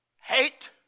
hate